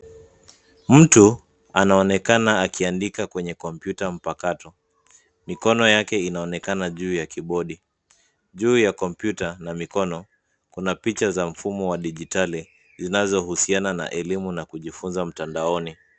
Mtu anaonekana akiandika kwenye kompyuta mpakato. Mikono yake inaonekana juu ya kibodi. Juu ya kompyuta na mikono kuna picha za mfumo wa dijitali zinazohusiana na elimu na kujifunza mtandaoni.